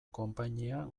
konpainia